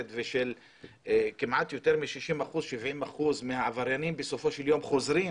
וכמעט יותר מ-70% מהעבריינים חוזרים